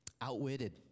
outwitted